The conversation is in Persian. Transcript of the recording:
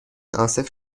عاصف